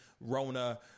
Rona